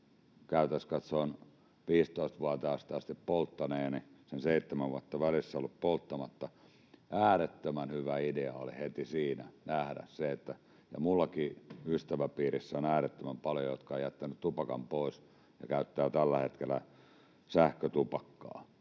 käytännössä katsoen 15-vuotiaasta asti polttaneena, sen seitsemän vuotta välissä ollut polttamatta — äärettömän hyvä idea oli heti siinä nähdä se, että minullakin ystäväpiirissä on äärettömän paljon heitä, jotka ovat jättäneet tupakan pois ja käyttävät tällä hetkellä sähkötupakkaa.